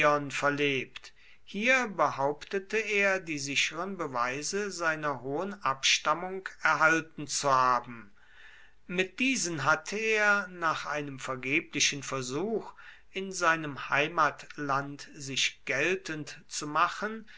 verlebt hier behauptete er die sicheren beweise seiner hohen abstammung erhalten zu haben mit diesen hatte er nach einem vergeblichen versuch in seinem heimatland sich geltend zu machen